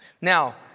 Now